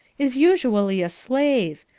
is usually a slave.